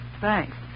Thanks